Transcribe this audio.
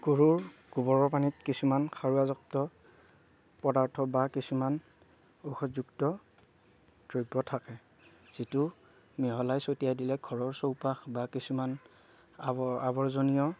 গৰুৰ গোবৰৰ পানীত কিছুমান সাৰুৱা যুক্ত পদাৰ্থ বা কিছুমান ঔষধ যুক্ত দ্ৰব্য থাকে যিটো মিহলাই ছটিয়াই দিলে ঘৰৰ চৌপাশ বা কিছুমান আৱ আৱৰ্জনীয়